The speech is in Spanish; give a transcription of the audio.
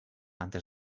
antes